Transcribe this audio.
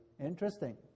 Interesting